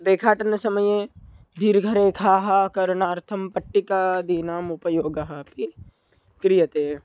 रेखाटनसमये दीर्घरेखाः करणार्थं पट्टिकादीनाम् उपयोगः अपि क्रियते